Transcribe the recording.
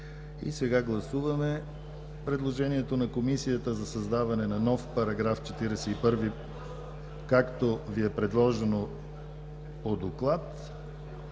приети. Гласуваме предложението на Комисията за създаване на нов § 41, както Ви е предложено по доклада